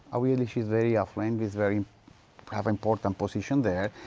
obviously she's very affluent, she's very, have important position there,